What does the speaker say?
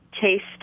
taste